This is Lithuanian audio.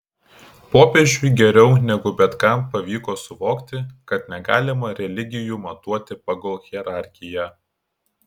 popiežiui geriau negu bet kam pavyko suvokti kad negalima religijų matuoti pagal hierarchiją